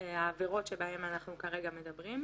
העבירות בהן אנחנו כרגע מדברים.